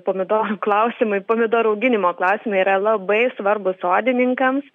pomidorų klausimai pomidorų auginimo klausimai yra labai svarbūs sodininkams